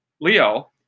Leo